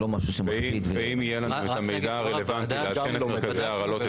גם זה לא מדויק.